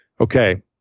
okay